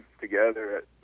together